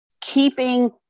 keeping